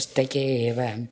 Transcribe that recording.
पुस्तके एव